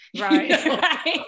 Right